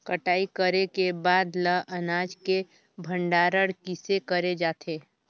कटाई करे के बाद ल अनाज के भंडारण किसे करे जाथे?